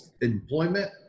employment